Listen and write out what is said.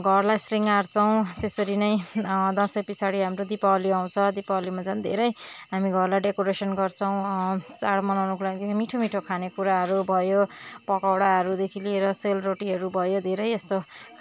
घरलाई शृङ्गारछौँ त्यसरी नै दसैँ पिछाडि हाम्रो दिपावली आउँछ दिपावलीमा झन् धेरै हामी घरलाई डेकोरेसन गर्छौँ चाँड मनाउनुको लागि नै मिठो मिठो खाने कुराहरू भयो पकौडाहरूदेखि लिएर सेलरोटीहरू भयो धेरै यस्तो